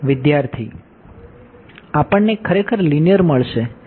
વિદ્યાર્થી